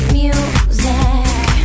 music